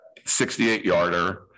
68-yarder